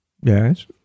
Yes